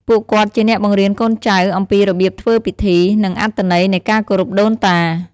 ពួកគាត់ជាអ្នកបង្រៀនកូនចៅអំពីរបៀបធ្វើពិធី និងអត្ថន័យនៃការគោរពដូនតា។